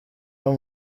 uwo